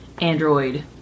android